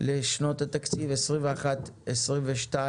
לשנות התקציב 2021 ו-2022).